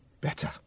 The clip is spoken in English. better